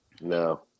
no